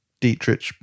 dietrich